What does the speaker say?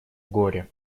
горе